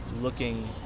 looking